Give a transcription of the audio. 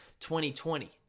2020